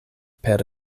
per